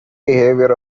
behavior